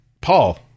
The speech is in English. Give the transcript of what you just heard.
Paul